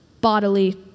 bodily